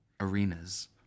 arenas